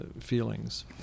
feelings